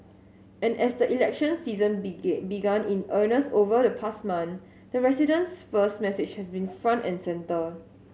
and as the election season begin began in earnest over the past month the residents first message has been front and centre